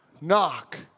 knock